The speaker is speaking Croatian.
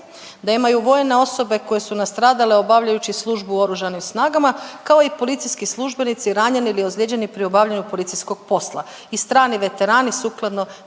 da imaju vojne osobe koje su nastradale obavljajući službu u oružanim snagama kao i policijski službenici ranjeni ili ozlijeđeni pri obavljanju policijskog posla i strani veterani sukladno